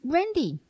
Randy